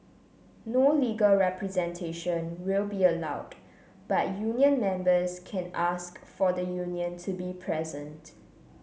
no legal representation will be allowed but union members can ask for the union to be present